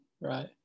Right